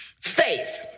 Faith